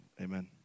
Amen